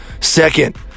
Second